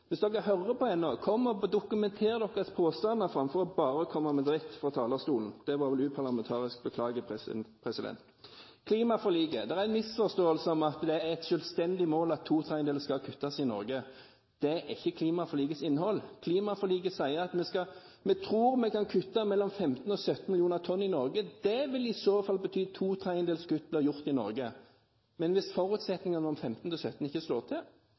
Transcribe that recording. Hvis dere hører på ennå, kom opp og dokumenter påstandene deres i stedet for bare å komme med dritt fra talerstolen – det var vel uparlamentarisk, beklager, president. Klimaforliket: Det er en misforståelse at det er et selvstendig mål at to tredjedeler skal kuttes i Norge. Det er ikke klimaforlikets innhold. Klimaforliket sier at vi tror vi kan kutte mellom 15 og 17 millioner tonn i Norge. Det vil i så fall bety at to tredjedels kutt blir gjort i Norge. Men hvis forutsetningene om 15–17 milliarder tonn ikke slår til,